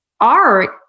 art